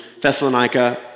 Thessalonica